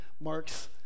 marks